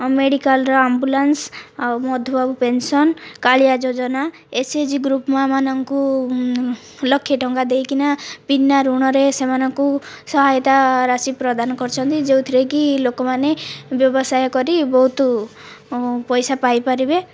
ଆଉ ମେଡ଼ିକାଲର ଆମ୍ବୁଲାନ୍ସ ଆଉ ମଧୁବାବୁ ପେନସନ୍ କାଳିଆ ଯୋଜନା ଏସ୍ଏଚ୍ଜି ଗ୍ରୁପ୍ ମା'ମାନଙ୍କୁ ଲକ୍ଷେ ଟଙ୍କା ଦେଇକିନା ବିନା ଋଣରେ ସେମାନଙ୍କୁ ସହାୟତା ରାଶି ପ୍ରଦାନ କରିଛନ୍ତି ଯେଉଁଥିରେକି ଲୋକମାନେ ବ୍ୟବସାୟ କରି ବହୁତ ପଇସା ପାଇପାରିବେ